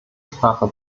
sprache